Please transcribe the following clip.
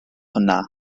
hwnna